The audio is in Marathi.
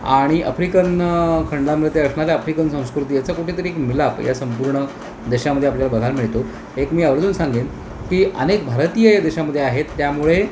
आणि आफ्रिकन खंडामध्ये ते असणारे आफ्रिकन संस्कृती याचा कुठेतरी एक मिलाप या संपूर्ण देशामध्ये आपल्याला बघायला मिळतो एक मी आर्वजून सांगेन की अनेक भारतीय या देशामध्ये आहेत त्यामुळे